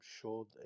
sure